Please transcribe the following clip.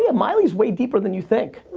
yeah miley's way deeper than you think.